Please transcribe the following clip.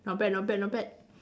not bad not bad not bad